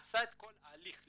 עשה את כל ההליך,